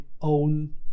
own